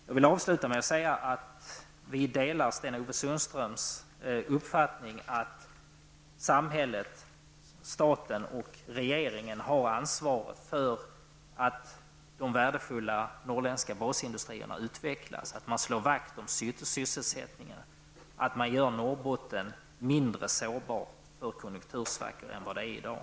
Jag vill avsluta med att säga att vi delar Sten-Ove Sundströms uppfattning att samhället, staten och regeringen, har ansvaret för att de värdefulla norrländska basindustrierna utvecklas, att man slår vakt om sysselsättningen och att man gör Norrbotten mindre sårbart för konjunktursvackor än i dag.